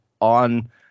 on